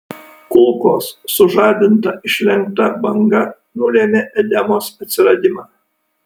kulkos sužadinta išlenkta banga nulėmė edemos atsiradimą